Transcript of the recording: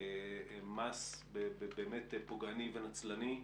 מס פוגעני ונצלני.